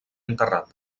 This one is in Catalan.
enterrat